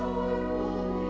or